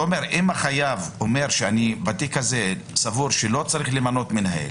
אם החייב אומר שהוא בתיק הזה סבור שלא צריך למנות מנהל